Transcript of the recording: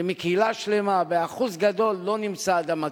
שמקהילה שלמה, באחוז גדול, לא נמצא אדם מתאים.